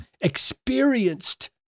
experienced